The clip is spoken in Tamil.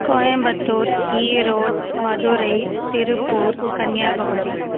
கோயம்புத்தூர் ஈரோடு மதுரை திருப்பூர் கன்னியாகுமரி